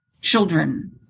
children